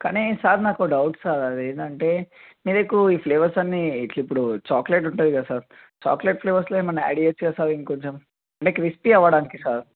కానీ సార్ నాకు ఒక డౌటు సార్ అది ఏంటంటే మీకు ఈ ఫ్లేవర్స్ అన్ని ఇట్ల ఇప్పుడు చాక్లెట్ ఉంటుందిగా సార్ చాక్లెట్ ఫ్లేవర్స్లో ఏమన్న యాడ్ చేయచ్చు కదా సార్ ఇంకా కొంచెం అంటే క్రిస్పీ అవ్వడానికి సార్